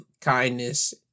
kindness